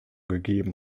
gegeben